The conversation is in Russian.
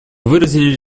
выразили